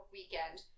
weekend